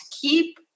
keep